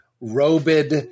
robed